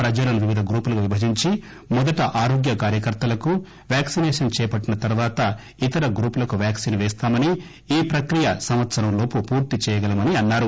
ప్రజలను వివిధ గ్రూపులుగా విభజించి మొదట ఆరోగ్య కార్యకర్తలకు వాక్పిసేషన్ చేపట్టిన తర్వాత ఇతర గ్రూప్ లకు వాక్పిన్ పేస్తామని ఈ ప్రక్రియ సంవత్సరం లోపు పూర్తి చేయగలమని అన్నారు